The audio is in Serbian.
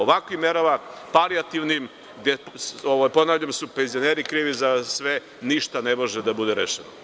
Ovakvim merama palijativnim, gde supenzioneri krivi za sve, ništa ne može da bude rešeno.